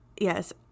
Yes